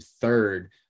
third